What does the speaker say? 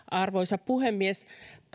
arvoisa puhemies